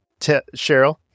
Cheryl